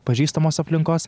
pažįstamos aplinkos